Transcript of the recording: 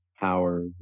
power